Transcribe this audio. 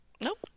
Nope